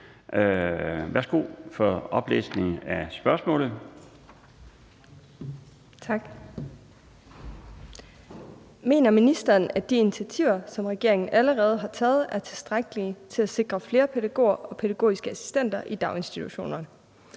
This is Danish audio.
Kl. 13:47 Anne Hegelund (EL): Tak. Mener ministeren, at de initiativer, som regeringen allerede har taget, er tilstrækkelige til at sikre flere pædagoger og pædagogiske assistenter i daginstitutionerne,